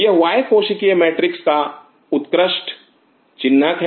यह बाह्य कोशिकीय मैट्रिक्स का उत्कृष्ट चिन्हक है